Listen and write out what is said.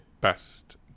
Best